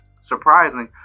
surprising